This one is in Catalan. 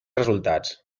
resultats